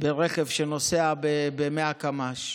ברכב שנוסע ב-100 קמ"ש.